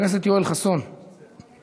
חבר הכנסת יואל חסון, בבקשה,